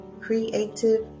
creative